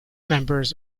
members